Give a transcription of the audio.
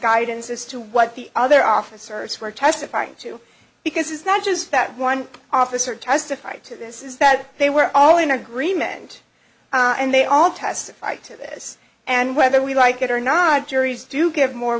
guidance as to what the other officers were testifying to because it's not just that one officer testified to this is that they were all in agreement and they all testified to this and whether we like it or not juries do give more